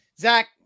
Zach